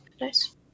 nice